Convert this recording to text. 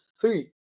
Three